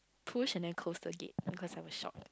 push and then close the gate because I was shocked